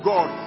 God